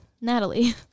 Natalie